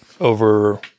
over